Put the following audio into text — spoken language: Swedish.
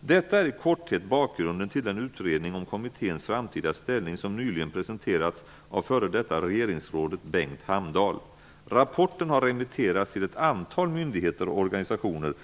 Detta är i korthet bakgrunden till den utredning om kommitténs framtida ställning som nyligen presenterats av f.d. regeringsrådet Bengt Hamdahl. Rapporten har remitterats till ett antal myndigheter och organisationer.